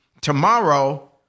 tomorrow